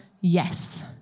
yes